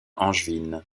angevine